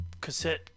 cassette